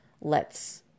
lets